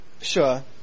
Sure